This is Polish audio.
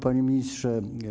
Panie Ministrze!